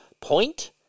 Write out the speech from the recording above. point